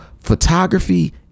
photography